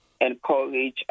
encourage